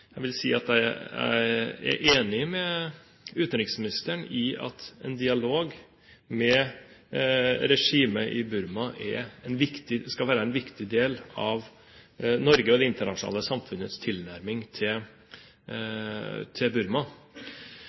Jeg takker for svaret, og jeg vil si at jeg er enig med utenriksministeren i at en dialog med regimet i Burma skal være en viktig del av Norges og det internasjonale samfunnets tilnærming til Burma.